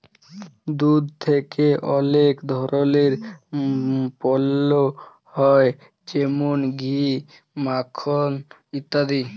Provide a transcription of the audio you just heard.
দুধ থেক্যে অলেক ধরলের পল্য হ্যয় যেমল ঘি, মাখল ইত্যাদি